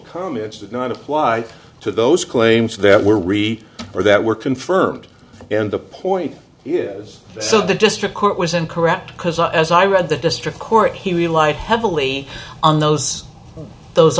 comments did not apply to those claims that were read or that were confirmed and the point here is so the district court was incorrect because as i read the district court he relied heavily on those those